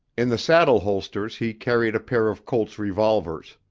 in the saddle holsters he carried a pair of colt's revolvers.